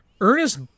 Ernest